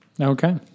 Okay